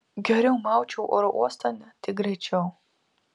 geriau maučiau oro uostan tik greičiau